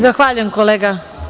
Zahvaljujem, kolega.